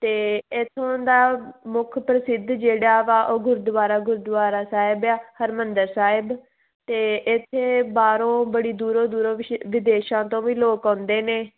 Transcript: ਅਤੇ ਇਥੋਂ ਦਾ ਮੁੱਖ ਪ੍ਰਸਿੱਧ ਜਿਹੜਾ ਵਾ ਉਹ ਗੁਰਦੁਆਰਾ ਗੁਰਦੁਆਰਾ ਸਾਹਿਬ ਆ ਹਰਿਮੰਦਰ ਸਾਹਿਬ ਅਤੇ ਇੱਥੇ ਬਾਹਰੋਂ ਬੜੀ ਦੂਰੋਂ ਦੂਰੋਂ ਵਿਛ ਵਿਦੇਸ਼ਾਂ ਤੋਂ ਵੀ ਲੋਕ ਆਉਂਦੇ ਨੇ